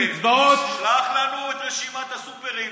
את רשימת הסופרים.